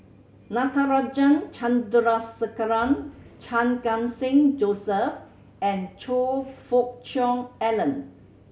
Natarajan Chandrasekaran Chan Khun Sing Joseph and Choe Fook Cheong Alan